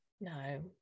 No